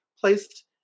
placed